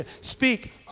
speak